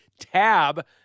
Tab